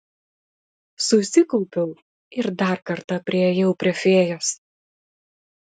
susikaupiau ir dar kartą priėjau prie fėjos